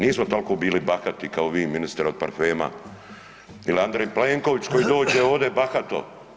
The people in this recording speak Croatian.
Nismo toliko bili bahati kao vi ministre od parfema, ili Andrej Plenković koji dođe ovdje bahato.